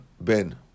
Ben